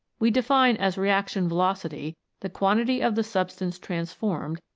we define as reaction velocity the quantity of the substance transformed,